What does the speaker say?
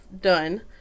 done